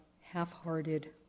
half-hearted